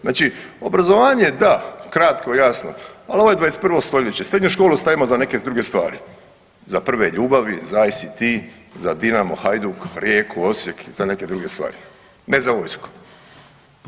Znači obrazovanje da, kratko i jasno, ali ovo je 21. stoljeće srednju školu ostavimo za neke druge stvari, za prve ljubavi, za ECT, za Dinamo, Hajduk, Rijeku, Osijek i za neke druge stvari, ne za vojsku.